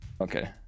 Okay